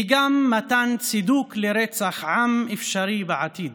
היא גם מתן צידוק לרצח עם אפשרי בעתיד,